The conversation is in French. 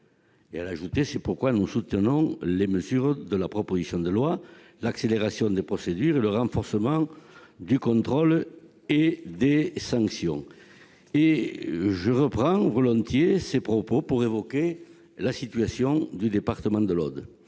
national. C'est pourquoi nous soutenons les mesures de la proposition de loi, telles que l'accélération des procédures et le renforcement du contrôle et des sanctions. Je reprends volontiers ses propos pour évoquer la situation du département de l'Aude.